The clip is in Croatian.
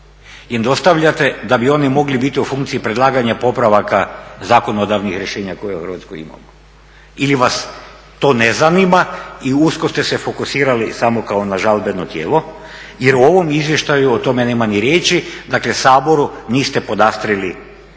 im dostavljate da bi oni mogli biti u funkciji predlaganja popravaka zakonodavnih rješenja koje u Hrvatskoj imamo ili vas to ne zanima i usko ste se fokusirali samo kao na žalbeno tijelo jer u ovom izvještaju o tome nema ni riječi, dakle Saboru niste podastrli